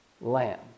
Lamb